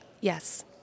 Yes